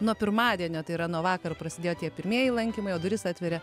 nuo pirmadienio tai yra nuo vakar prasidėjo tie pirmieji lankymai o duris atveria